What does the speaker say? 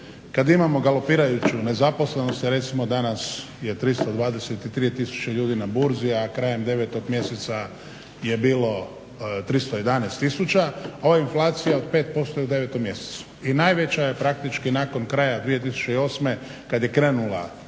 kad imamo galopirajuću nezaposlenost recimo danas je 323000 ljudi na burzi, a krajem 9 mjeseca je bilo 311000. Ova inflacija od 5% je u 9 mjesecu i najveća je praktički nakon kraja 2008. kad je krenula